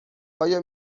آیا